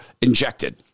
injected